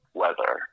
weather